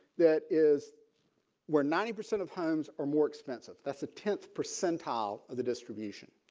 that is where ninety percent of homes are more expensive. that's a tenth percentile of the distribution.